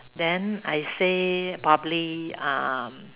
then I say probably um